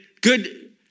good